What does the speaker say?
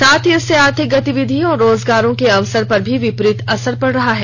साथ ही इससे आर्थिक गतिविधियों और रोजगार के अवसरों पर भी विपरीत असर पड रहा है